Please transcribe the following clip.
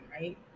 right